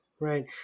Right